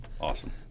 Awesome